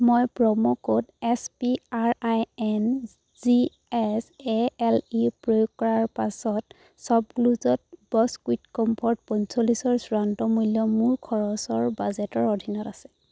মই promo code S P R I N G S A L E প্ৰয়োগ কৰাৰ পাছত শ্বপক্লুজত ব'ছ কুইক কমফৰ্ট পঞ্চল্লিছৰ চূড়ান্ত মূল্য মোৰ খৰচৰ বাজেটৰ অধীনত আছে